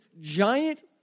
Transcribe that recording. giant